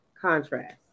contrast